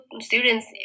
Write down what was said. students